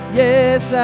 yes